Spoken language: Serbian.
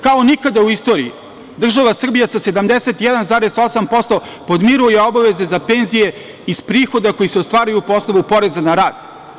Kao nikada u istoriji, država Srbija sa 71,8% podmiruje obaveze za penzije iz prihoda, koji se ostvaruju po osnovu poreza na rad.